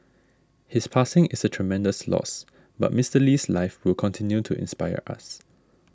his passing is a tremendous loss but Mister Lee's life will continue to inspire us